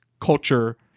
culture